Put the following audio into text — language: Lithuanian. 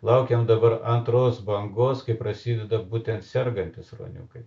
laukiam dabar antros bangos kai prasideda būtent sergantys ruoniukai